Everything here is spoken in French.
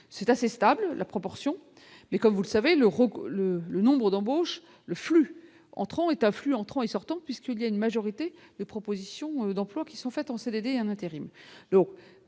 c'est assez stable, la proportion, mais comme vous le savez l'Euro le le nombre d'embauches le flux entrants est flux entrants et sortants, puisqu'il y a une majorité de propositions d'emplois qui sont faites en CDD, en intérim,